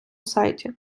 сайті